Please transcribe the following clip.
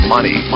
Money